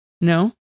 No